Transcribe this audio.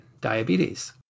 diabetes